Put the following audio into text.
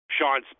Sean